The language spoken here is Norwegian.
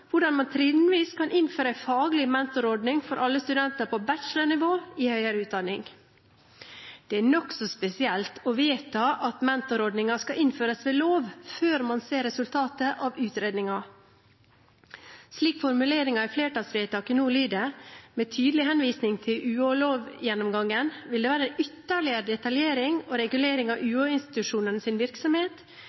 hvordan man trinnvis kan innføre en faglig mentorordning for alle studenter på bachelornivå i høyere utdanning. Det er nokså spesielt å vedta at mentorordningen skal innføres ved lov før man ser resultatet av utredningen. Slik formuleringen i flertallsvedtaket nå lyder, med tydelig henvisning til gjennomgangen av UH-loven, vil det være ytterligere detaljering og regulering av UH-institusjonenes virksomhet,